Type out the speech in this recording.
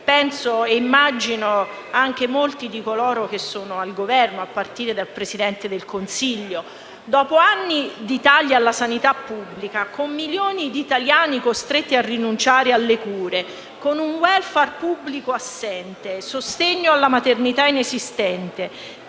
penso anche a molti di coloro che sono al Governo, a partire dal Presidente del Consiglio. Dopo anni di tagli alla sanità pubblica, con milioni di italiani costretti a rinunciare alle cure, con un *welfare* pubblico assente, il sostegno alla maternità inesistente,